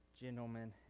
gentlemen